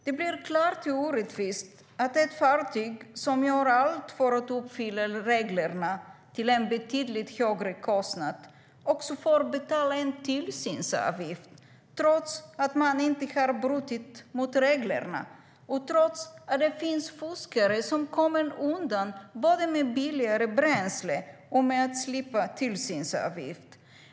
Det blir klart orättvist att ett fartyg som gör allt för att uppfylla reglerna till en betydligt högre kostnad också får betala en tillsynsavgift, trots att man inte har brutit mot reglerna och trots att det finns fuskare som kommer undan både med billigare bränsle och genom att slippa tillsynsavgift.